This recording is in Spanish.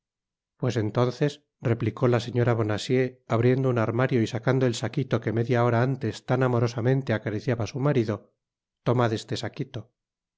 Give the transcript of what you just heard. pues entonces replicó la señora bonacieux abriendo un armario y sacando el saquito que media hora antes tan amorosamente acariciaba su marido tomad este saquito